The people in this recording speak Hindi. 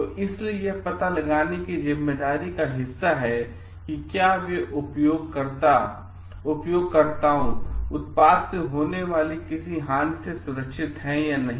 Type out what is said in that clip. तो इसीलिए यह पता लगाने की ज़िम्मेदारी का हिस्सा है कि क्या वे उपयोगकर्ताओं उत्पाद से होने वाली किसी हानि से सुरक्षित हैं या नहीं